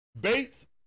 Bates